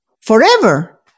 forever